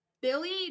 billy